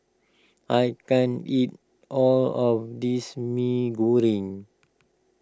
I can't eat all of this Mee Goreng